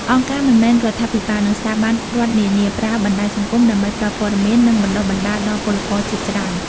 អង្គការមិនមែនរដ្ឋាភិបាល និងស្ថាប័នរដ្ឋនានា ប្រើបណ្តាញសង្គមដើម្បីផ្តល់ព័ត៌មាន និងបណ្តុះបណ្តាលដល់ពលករជាច្រើន។